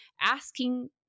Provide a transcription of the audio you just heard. asking